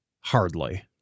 Hardly